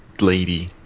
lady